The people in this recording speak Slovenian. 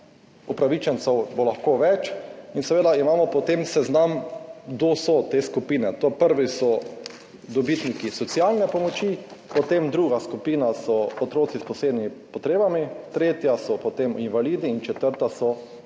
upravičencev bo lahko več in seveda imamo potem seznam, kdo so te skupine. Prvi so prejemniki socialne pomoči, potem druga skupina so otroci s posebnimi potrebami, tretja so potem invalidi in četrta so